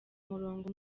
umurongo